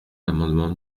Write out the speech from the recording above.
l’amendement